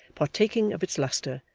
partaking of its lustre,